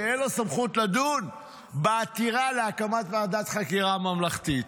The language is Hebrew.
שאין לו סמכות לדון בעתירה להקמת ועדת חקירה ממלכתית.